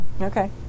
Okay